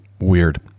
weird